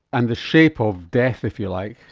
and the shape of death, if you like,